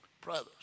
brothers